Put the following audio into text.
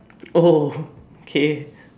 oh okay